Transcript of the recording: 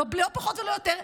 לא פחות ולא יותר.